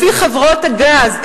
לפי חברות הגז,